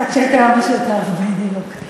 הצ'ק היה משותף, בדיוק.